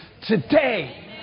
today